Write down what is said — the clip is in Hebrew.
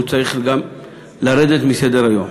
והוא צריך גם לרדת מסדר-היום.